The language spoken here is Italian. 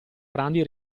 grandi